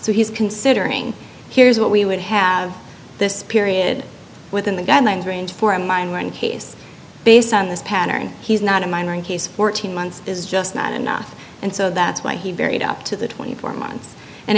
so he's considering here's what we would have this period within the guidelines range for a minor in case based on this pattern he's not a minor and he's fourteen months is just not enough and so that's why he buried up to the twenty four months and